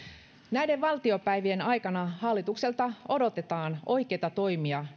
näiden valtiopäivien aikana hallitukselta odotetaan oikeita toimia